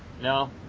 No